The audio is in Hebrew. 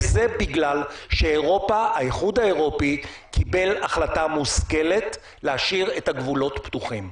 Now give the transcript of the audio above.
וזה בגלל שהאיחוד האירופי קיבל החלטה מושכלת להשאיר את הגבולות פתוחים.